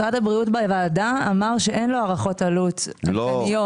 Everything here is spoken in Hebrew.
משרד הבריאות אמר בוועדה שאין לו הערכות עלות כלליות,